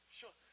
sure